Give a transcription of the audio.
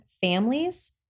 families